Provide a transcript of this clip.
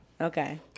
Okay